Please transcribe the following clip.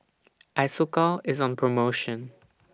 Isocal IS on promotion